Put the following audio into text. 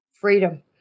Freedom